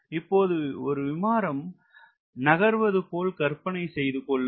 இப்போது ஒரு விமானம் நகர்வது போல் கற்பனை செய்து கொள்ளுங்கள்